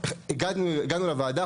הגענו לוועדה,